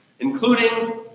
including